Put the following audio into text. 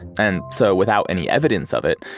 and so without any evidence of it,